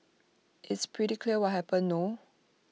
it's pretty clear what happened no